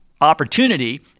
opportunity